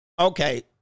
Okay